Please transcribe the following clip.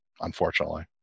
unfortunately